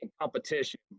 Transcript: competition